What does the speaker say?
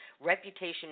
reputation